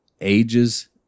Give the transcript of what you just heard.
ages